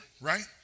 right